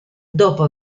dopo